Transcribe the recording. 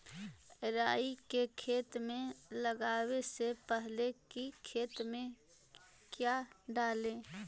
राई को खेत मे लगाबे से पहले कि खेत मे क्या डाले?